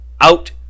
out